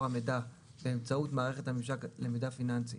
המידע באמצעות מערכת הממשק למידע פיננסי,